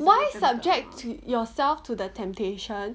why subject yourself to the temptation